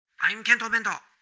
i'm kento bento